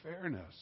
fairness